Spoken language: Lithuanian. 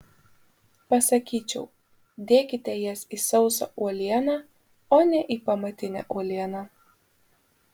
pasakyčiau dėkite jas į sausą uolieną o ne į pamatinę uolieną